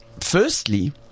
Firstly